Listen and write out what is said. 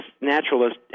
naturalist